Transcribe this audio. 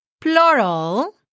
plural